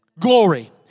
glory